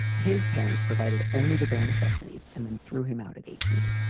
his parents provided only the bare necessities and then threw him out at eighteen.